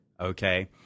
Okay